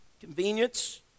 convenience